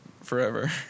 Forever